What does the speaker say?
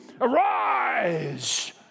arise